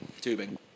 tubing